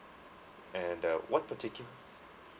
and uh what particular